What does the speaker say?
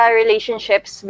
relationships